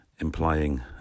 implying